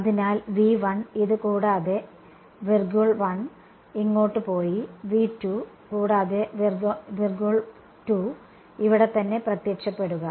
അതിനാൽ ഇത് കൂടാതെ ഇത് ഇങ്ങോട്ട് പോയി കൂടാതെ ഇവിടെത്തന്നെ പ്രത്യക്ഷപ്പെടുക